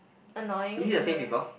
annoying in the